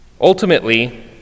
Ultimately